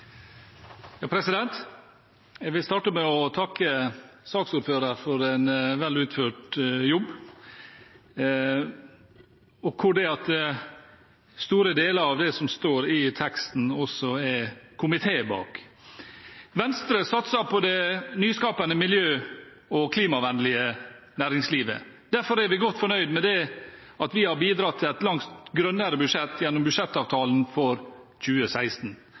Jeg vil starte med å takke saksordføreren for en vel utført jobb. Store deler av det som står i teksten, står også komiteen bak. Venstre satser på det nyskapende miljø- og klimavennlige næringslivet. Derfor er vi godt fornøyd med at vi har bidratt til et langt grønnere budsjett gjennom budsjettavtalen for 2016